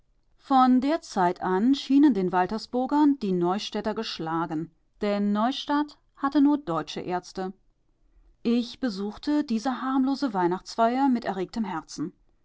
von der zeit an schienen den waltersburgern die neustädter geschlagen denn neustadt hatte nur deutsche ärzte ich besuchte diese harmlose weihnachtsfeier mit erregtem herzen